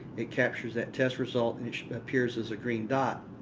it captures that test result and it appears as a green dot.